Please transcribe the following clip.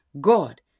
God